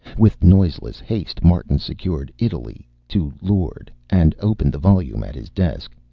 with noiseless haste, martin secured italy to lord and opened the volume at his desk.